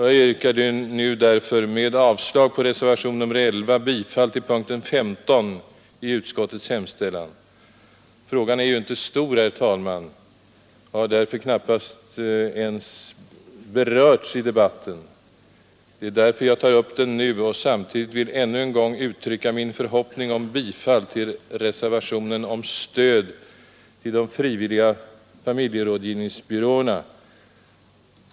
Jag yrkar därför nu med avslag på reservationen 11 bifall till utskottets hemställan i punkten 15. Frågan är Det är därför jag tar upp den nu. Samtidigt vill jag ännu en gång uttrycka min förhoppning om bifall till reservationen om ekonomiskt stöd till de frivilliga familjerådgivningsbyråerna.